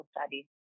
study